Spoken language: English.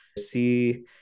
See